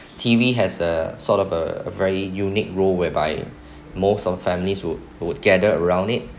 T_V has a sort of a a very unique role whereby most of the families would would gather around it